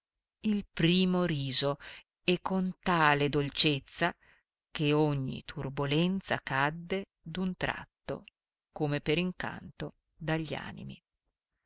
il primo riso e con tale dolcezza che ogni turbolenza cadde d'un tratto come per incanto dagli animi